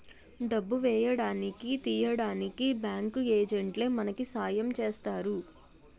డబ్బు వేయడానికి తీయడానికి బ్యాంకు ఏజెంట్లే మనకి సాయం చేస్తారు